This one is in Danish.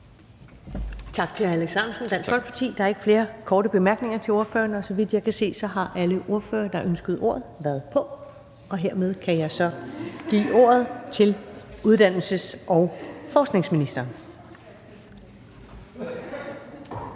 Tak til hr. Alex Ahrendtsen, Dansk Folkeparti. Der er ikke flere korte bemærkninger til ordføreren, og så vidt jeg kan se, har alle ordførere, der ønskede ordet, været på. Og hermed kan jeg så give ordet til uddannelses- og forskningsministeren.